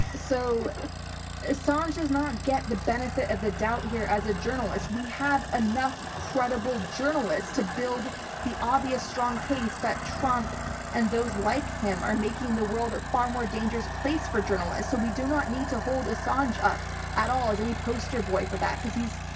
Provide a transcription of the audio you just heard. so assange does not get the benefit of the doubt here. as a journalist, we have enough credible journalists to build the obvious strong case that trump and those like him are making the world a far more dangerous place for journalists. so we do not need to hold assange up at all as any poster boy for that cause he's,